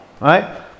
Right